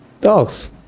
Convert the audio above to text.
dogs